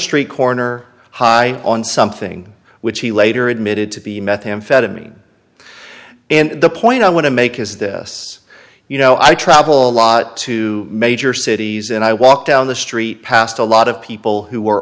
street corner high on something which he later admitted to be methamphetamine and the point i want to make is this you know i travel a lot to major cities and i walk down the street past a lot of people who were